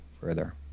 further